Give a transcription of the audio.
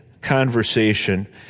conversation